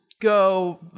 go